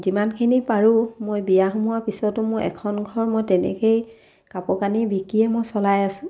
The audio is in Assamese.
যিমানখিনি পাৰোঁ মই বিয়া সোমোৱাৰ পিছতো মোৰ এখন ঘৰ মই তেনেকেই কাপোৰ কানি বিকিয়ে মই চলাই আছোঁ